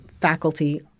faculty